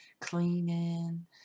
cleaning